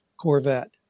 Corvette